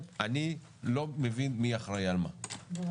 אני לא מבין מי אחראי על מה ועם